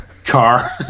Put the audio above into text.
Car